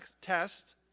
test